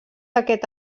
aquest